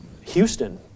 Houston